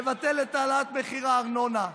לבטל את העלאת מחיר הארנונה,